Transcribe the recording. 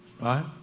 right